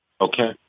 Okay